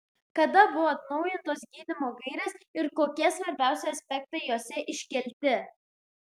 kada buvo atnaujintos gydymo gairės ir kokie svarbiausi aspektai jose iškelti